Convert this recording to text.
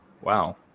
Wow